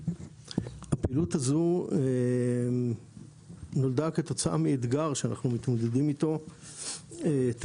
הפעילות הזו נולדה כתוצאה מאתגר שאנחנו מתמודדים איתו תמיד,